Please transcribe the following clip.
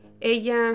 ella